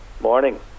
morning